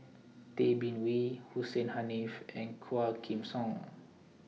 Tay Bin Wee Hussein Haniff and Quah Kim Song